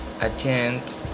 attend